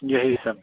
यही सब